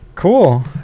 Cool